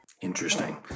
Interesting